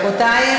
רבותי,